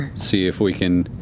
see if we can